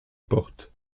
porte